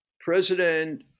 President